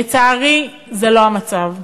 לצערי, זה לא המצב.